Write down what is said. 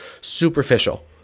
superficial